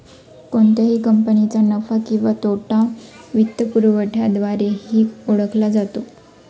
कोणत्याही कंपनीचा नफा किंवा तोटा वित्तपुरवठ्याद्वारेही ओळखला जातो